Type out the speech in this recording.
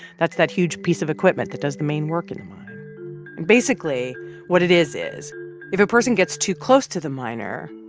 that's that huge piece of equipment that does the main work in the mine. and basically what it is, is if a person gets too close to the miner,